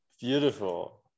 beautiful